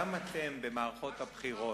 במערכות הבחירות,